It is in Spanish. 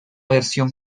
versión